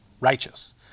righteous